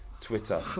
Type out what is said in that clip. Twitter